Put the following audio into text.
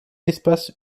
espaces